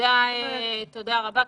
תודה רבה.